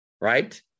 right